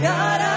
God